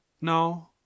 No